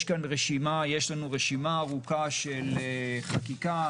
יש לנו רשימה ארוכה של חקיקה,